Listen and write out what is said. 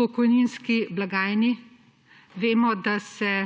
pokojninski blagajni. Vemo, da je